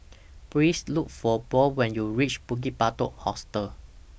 Please Look For Bode when YOU REACH Bukit Batok Hostel